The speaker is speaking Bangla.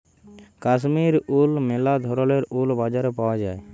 কাশ্মীর উল ম্যালা ধরলের উল বাজারে পাউয়া যায়